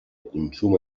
consum